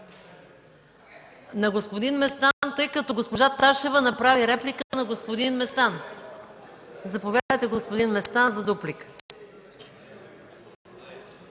на господин Местан, тъй като госпожа Ташева направи реплика на господин Местан? Заповядайте, господин Местан, за дуплика.